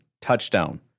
touchdown